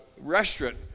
restaurant